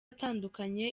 atandukanye